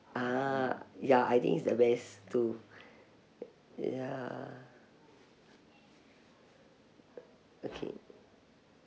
ah ya I think he's the best too ya okay